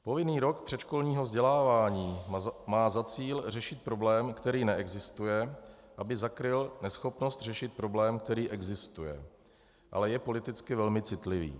Povinný rok předškolního vzdělávání má za cíl řešit problém, který neexistuje, aby zakryl neschopnost řešit problém, který existuje, ale je politicky velmi citlivý.